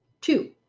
Two